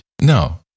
No